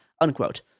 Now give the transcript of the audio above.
Unquote